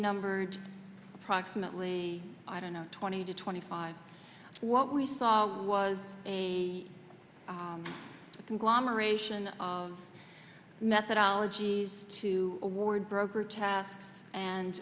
numbered approximately i don't know twenty to twenty five what we saw was a conglomeration of methodologies to award broker tasks and